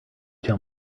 tell